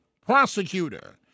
prosecutor